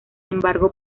embargo